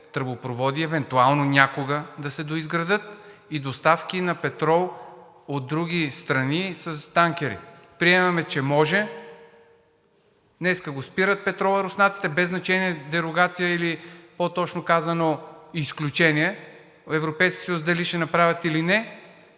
тръбопроводи евентуално някога да се доизградят и доставки на петрол от други страни с танкери. Приемаме, че може – днеска го спират петрола руснаците, без значение дерогация, или по-точно казано, изключение Европейският съюз дали ще направят или не.